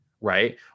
right